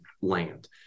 land